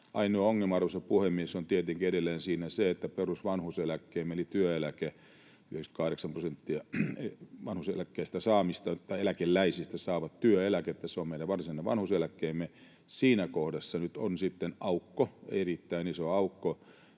Ainoa ongelma, arvoisa puhemies, on tietenkin edelleen se, että perusvanhuuseläkkeen saamisessa — eli työeläke, myös 80 prosenttia eläkeläisistä saavat työeläkettä, se on meidän varsinainen vanhuuseläkkeemme — nyt on sitten aukko, erittäin iso aukko.